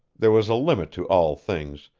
there was a limit to all things,